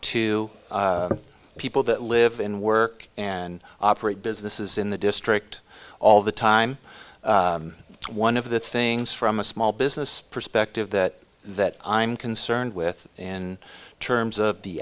to people that live and work and operate businesses in the district all the time one of the things from a small business perspective that that i'm concerned with in terms of the